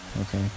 okay